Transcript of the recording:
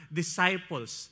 disciples